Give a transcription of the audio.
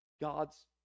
God's